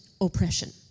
oppression